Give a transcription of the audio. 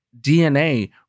DNA